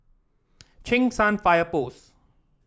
Cheng San Fire Post